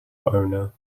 owner